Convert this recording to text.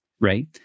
right